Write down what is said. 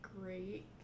great